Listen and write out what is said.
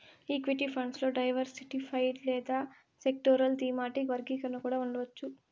equity funds లో diversified లేదా sectoral, thematic వర్గీకరణ కూడా ఉండవచ్చు